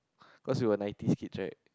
cause we were ninety's kids right